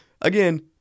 Again